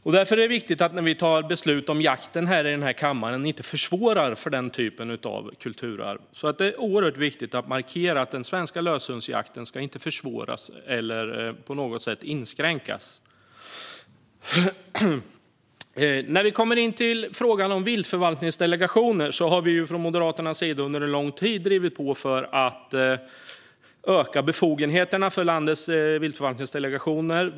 Det är viktigt att vi i denna kammare inte försvårar för den här typen av kultur när vi tar beslut om jakten. Det är oerhört viktigt att markera att den svenska löshundsjakten inte ska försvåras eller på något sätt inskränkas. När det gäller frågan om viltförvaltningsdelegationer har vi från Moderaternas sida under lång tid drivit på för att öka befogenheterna för landets viltförvaltningsdelegationer.